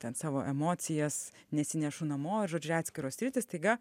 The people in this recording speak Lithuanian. ten savo emocijas nesinešu namo ir žodžiu atskiros sritys staiga